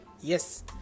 Yes